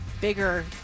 Bigger